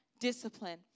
discipline